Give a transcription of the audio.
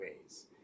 ways